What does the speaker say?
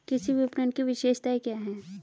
कृषि विपणन की विशेषताएं क्या हैं?